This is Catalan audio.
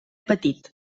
petit